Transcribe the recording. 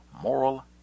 Moral